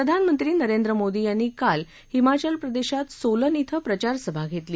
प्रधानमंत्री नरेंद्र मोदी यांनी काल हिमाचल प्रदेशात सोलन कें प्रचारसभा घेतली